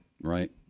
Right